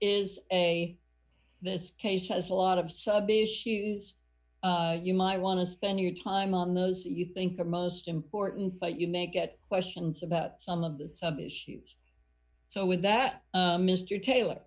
is a this case has a lot of sub issues you might want to spend your time on those you think are most important but you may get questions about some of the issues so with that mr taylor